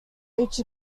reach